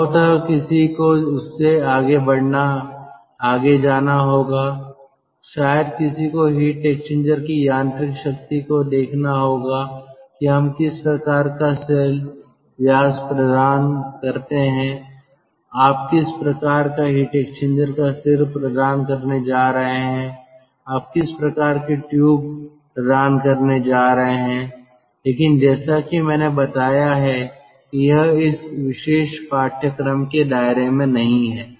संभवतः किसी को उससे आगे जाना होगा शायद किसी को हीट एक्सचेंजर की यांत्रिक शक्ति को देखना होगा कि हम किस प्रकार का सेल व्यास प्रदान करते हैं आप किस प्रकार का हीट एक्सचेंजर का सिर प्रदान करने जा रहे हैं आप किस प्रकार की ट्यूब प्रदान करने जा रहे हैं लेकिन जैसा कि मैंने बताया है कि यह इस विशेष पाठ्यक्रम के दायरे में नहीं है